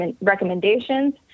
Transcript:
recommendations